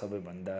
सबैभन्दा